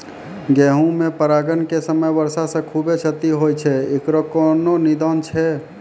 गेहूँ मे परागण के समय वर्षा से खुबे क्षति होय छैय इकरो कोनो निदान छै?